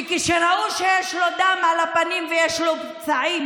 וכשראו שיש לו דם על הפנים ויש לו פצעים